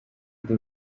ndi